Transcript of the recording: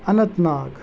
Anant Nag